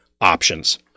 options